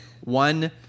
one